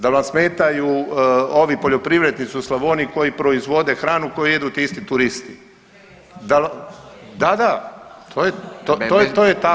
Da li vam smetaju ovi poljoprivrednici u Slavoniji koji proizvode hranu koju jedu ti isti turisti? … [[Upadica se ne razumije.]] da, da to, to je tako.